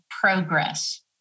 progress